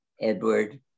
Edward